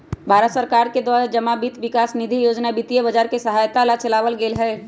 भारत सरकार के द्वारा जमा वित्त विकास निधि योजना वित्तीय बाजार के सहायता ला चलावल गयले हल